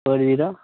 four zero